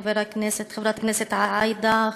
חברת הכנסת עאידה,